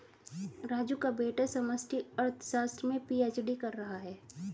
राजू का बेटा समष्टि अर्थशास्त्र में पी.एच.डी कर रहा है